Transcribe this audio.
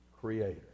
creator